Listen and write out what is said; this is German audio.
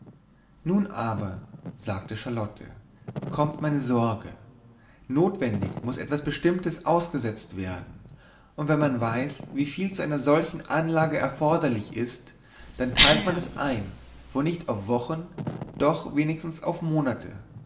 nun aber sagte charlotte kommt meine sorge notwendig muß etwas bestimmtes ausgesetzt werden und wenn man weiß wieviel zu einer solchen anlage erforderlich ist dann teilt man es ein wo nicht auf wochen doch wenigstens auf monate